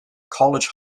college